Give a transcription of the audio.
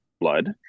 blood